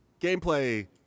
gameplay